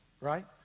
Right